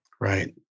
Right